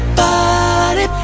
body